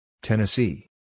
Tennessee